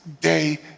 day